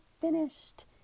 finished